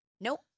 Nope